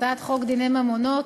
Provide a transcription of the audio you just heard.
הצעת חוק דיני ממונות,